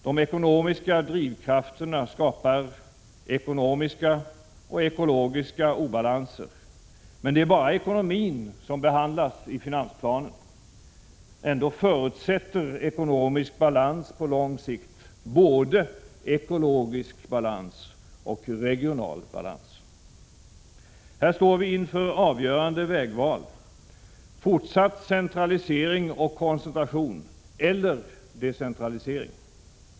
De ekonomiska drivkrafterna skapar ekonomiska och ekologiska obalanser. Men det är bara ekonomin som behandlas i finansplanen. Ändå förutsätter ekonomisk balans på lång sikt både ekologisk balans och regional balans. Här står vi inför avgörande vägval: Fortsatt centralisering och koncentration eller decentralisering.